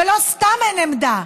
ולא סתם אין עמדה,